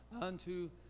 unto